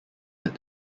led